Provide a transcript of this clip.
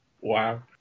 Wow